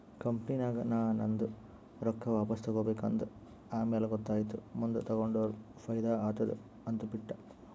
ಕಂಪನಿನಾಗ್ ನಾ ನಂದು ರೊಕ್ಕಾ ವಾಪಸ್ ತಗೋಬೇಕ ಅಂದ ಆಮ್ಯಾಲ ಗೊತ್ತಾಯಿತು ಮುಂದ್ ತಗೊಂಡುರ ಫೈದಾ ಆತ್ತುದ ಅಂತ್ ಬಿಟ್ಟ